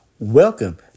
Welcome